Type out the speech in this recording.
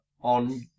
on